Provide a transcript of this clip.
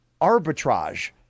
arbitrage